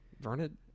Vernon